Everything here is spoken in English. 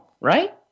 right